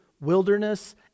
wilderness